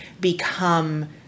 become